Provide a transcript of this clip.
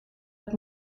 het